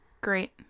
great